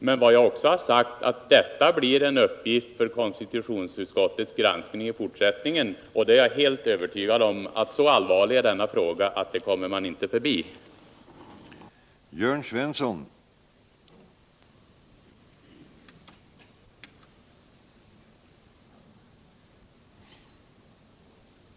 Men jag har sagt att detta blir en fråga för konstitutionsutskottets granskning i fortsättningen, och jag är helt övertygad om att denna fråga är så allvarlig att man inte kommer förbi den.